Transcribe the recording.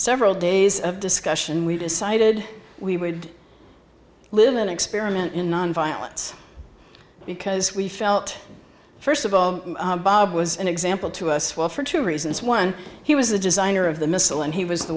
several days of discussion we decided we would live an experiment in nonviolence because we felt first of all bob was an example to us well for two reasons one he was the designer of the missile and he was the